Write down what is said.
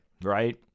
right